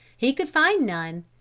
he could find none,